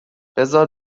بزار